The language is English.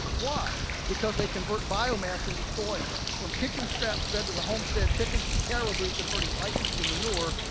why? because they convert biomass into soil. from kitchen scraps fed to the homestead chickens to caribou converting lichens to manure,